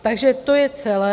Takže to je celé.